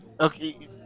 Okay